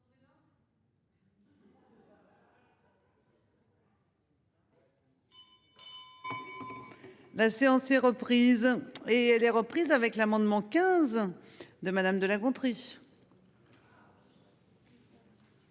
La séance est reprise et elle est reprise avec l'amendement 15 de madame de La Gontrie.